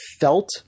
felt